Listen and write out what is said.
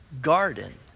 garden